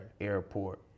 Airport